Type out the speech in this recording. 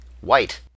White